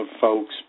folks